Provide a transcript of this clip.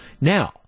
Now